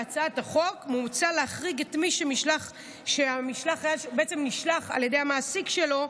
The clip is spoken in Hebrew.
בהצעת החוק מוצע להחריג את מי שנשלח על ידי המעסיק שלו,